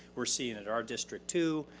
we're seeing in our district too.